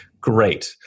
Great